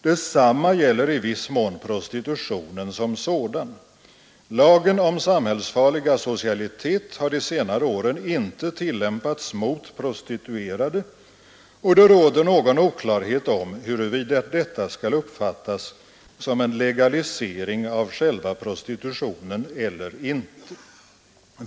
Detsamma gäller i viss mån prostitutionen som sådan. Lagen om samhällsfarlig asocialitet har de senare åren inte tillämpats mot prostituerade, och det råder någon oklarhet om huruvida detta skall uppfattas som en legalisering av själva prostitutionen eller inte.